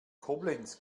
koblenz